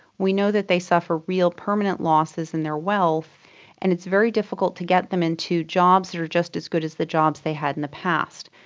we know that they suffer real permanent losses in their wealth and it's very difficult to get them into jobs that are just as good as the jobs they had in the past.